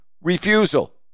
refusal